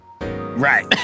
Right